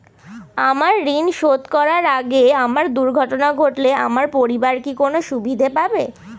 আমার ঋণ শোধ করার আগে আমার দুর্ঘটনা ঘটলে আমার পরিবার কি কোনো সুবিধে পাবে?